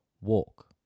Walk